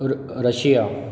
Russia